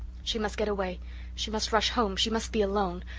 she must get away she must rush home she must be alone.